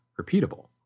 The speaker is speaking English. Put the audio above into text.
repeatable